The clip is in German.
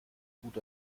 tut